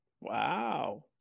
Wow